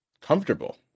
comfortable